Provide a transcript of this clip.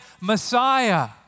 Messiah